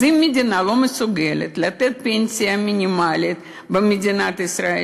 אז אם המדינה לא מסוגלת לתת פנסיה מינימלית במדינת ישראל,